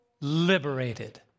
liberated